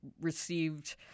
received